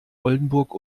oldenburg